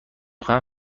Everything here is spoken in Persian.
خواهم